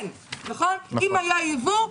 אם היה ייבוא,